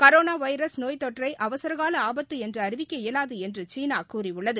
coronavirus நோய்த்தொற்றைஅவசரகாலஆபத்துஎன்றுஅறிவிக்க இயலாதுஎன்றுசீனாகூறியுள்ளது